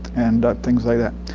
and things like that.